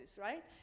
right